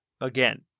again